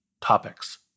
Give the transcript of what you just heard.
topics